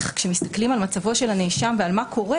כשמסתכלים על מצבו של הנאשם ועל מה קורה,